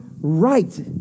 right